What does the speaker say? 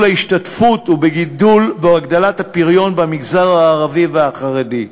ההשתתפות ובהגדלת הפריון במגזר הערבי והחרדי.